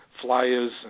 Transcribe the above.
Flyers